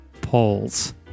polls